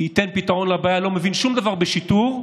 ייתן פתרון לבעיה לא מבין שום דבר בשיטור,